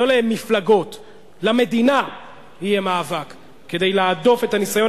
לא למפלגות למדינה יהיה מאבק כדי להדוף את הניסיון